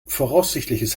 voraussichtliches